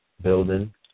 building